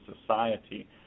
society